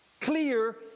Clear